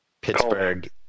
Pittsburgh